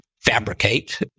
fabricate